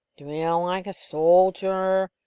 drill like a soldier,